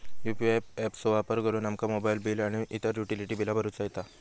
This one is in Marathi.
यू.पी.आय ऍप चो वापर करुन आमका मोबाईल बिल आणि इतर युटिलिटी बिला भरुचा येता